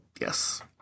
yes